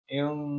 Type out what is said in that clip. yung